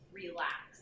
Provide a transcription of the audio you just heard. relax